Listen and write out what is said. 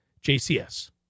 jcs